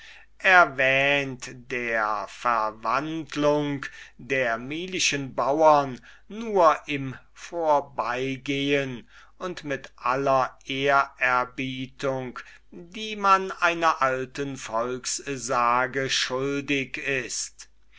erwähnt der verwandlung der milischen bauern nur im vorbeigehen und mit aller ehrerbietung die man einer alten volkssage schuldig ist